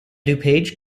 dupage